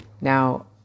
Now